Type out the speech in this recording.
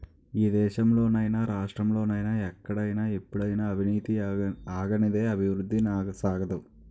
ఈ దేశంలో నైనా రాష్ట్రంలో నైనా ఎక్కడైనా ఎప్పుడైనా అవినీతి ఆగనిదే అభివృద్ధి సాగదు